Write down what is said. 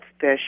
fish